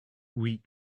oui